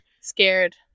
Scared